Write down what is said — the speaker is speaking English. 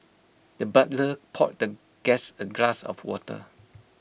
the butler poured the guest A glass of water